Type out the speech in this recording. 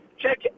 check